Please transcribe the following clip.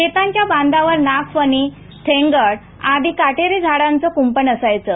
शेतांच्या बांधावर नागफणी थेंगड आदी काटेरी झाडांचं कूंपण असायचं